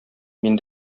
мин